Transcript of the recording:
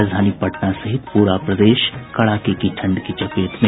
राजधानी पटना सहित पूरा प्रदेश कड़ाके की ठंड की चपेट में